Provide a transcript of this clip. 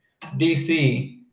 DC